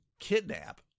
kidnap